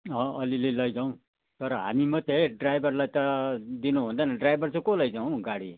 अँ अलिअलि लैजाउँ तर हामी मात्रै है ड्राइभरलाई त दिनुहुँदैन ड्राइभर चाहिँ को लैजाउँ गाडी